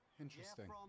Interesting